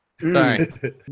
Sorry